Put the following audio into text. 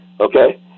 Okay